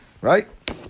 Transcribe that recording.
Right